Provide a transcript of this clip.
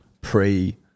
pre